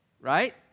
right